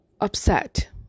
upset